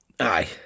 Aye